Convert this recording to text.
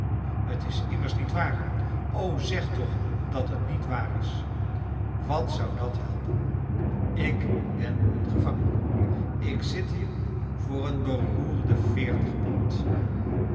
t is immers niet waar o zeg toch dat t niet waar is wat zou dat helpen ik ben een gevangene ik zit hier voor een beroerde veertig pond